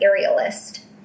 aerialist